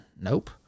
Nope